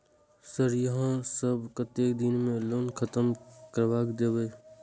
Sir यहाँ सब कतेक दिन में लोन खत्म करबाए देबे?